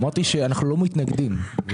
אמרתי שאנחנו לא מתנגדים.